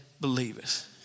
believers